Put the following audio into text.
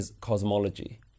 cosmology